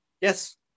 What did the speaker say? Yes